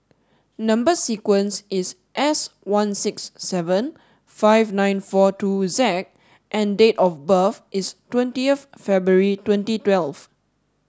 number sequence is S one six seven five nine four two Z and date of birth is twenty of February twenty twelve